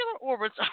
orbits